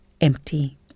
empty